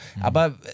Aber